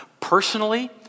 Personally